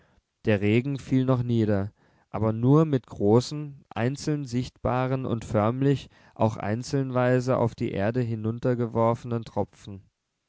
der regen fiel noch nieder aber nur mit großen einzeln sichtbaren und förmlich auch einzelnweise auf die erde hinuntergeworfenen tropfen